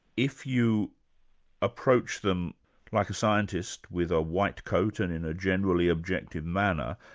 if you approach them like a scientist, with a white coat and in a generally objective manner,